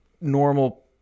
normal